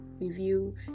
review